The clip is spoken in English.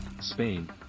Spain